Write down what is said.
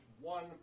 one